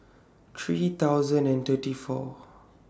three thousand and thirty four